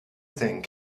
thing